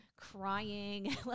crying